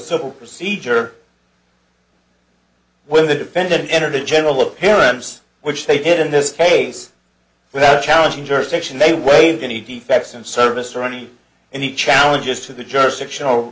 civil procedure when the defendant entered a general appearance which they did in this case without challenging jurisdiction they waive any defects in service or any and he challenges to the jurisdiction o